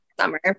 summer